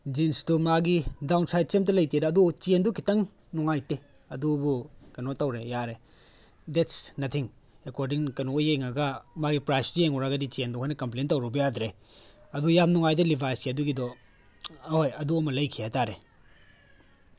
ꯖꯤꯟꯁꯇꯣ ꯃꯥꯒꯤ ꯗꯥꯎꯟ ꯁꯥꯏꯠꯁꯦ ꯑꯃꯇ ꯂꯩꯇꯦꯗ ꯑꯗꯣ ꯆꯦꯟꯗꯣ ꯈꯤꯇꯪ ꯅꯨꯡꯉꯥꯏꯇꯦ ꯑꯗꯨꯕꯨ ꯀꯩꯅꯣ ꯇꯧꯔꯦ ꯌꯥꯔꯦ ꯗꯦꯠꯁ ꯅꯊꯤꯡ ꯑꯦꯀꯣꯔꯗꯤꯡ ꯀꯩꯅꯣ ꯌꯦꯡꯉꯒ ꯃꯥꯒꯤ ꯄ꯭ꯔꯥꯏꯁꯇꯣ ꯌꯦꯡꯉꯨꯔꯒꯗꯤ ꯆꯦꯟꯗꯣ ꯑꯩꯈꯣꯏꯅ ꯀꯝꯄ꯭ꯂꯦꯟ ꯇꯧꯔꯨꯕ ꯌꯥꯗ꯭ꯔꯦ ꯑꯗꯨ ꯌꯥꯝ ꯅꯨꯡꯉꯥꯏꯗ ꯂꯤꯚꯥꯏꯁꯀꯤ ꯑꯗꯨꯒꯤꯗꯣ ꯍꯣꯏ ꯑꯗꯨ ꯑꯃ ꯂꯩꯈꯤ ꯍꯥꯏꯇꯥꯔꯦ